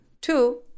Two